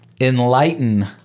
enlighten